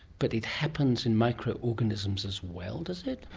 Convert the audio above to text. but it happens in micro-organisms as well, does it?